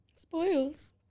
Spoils